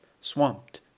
swamped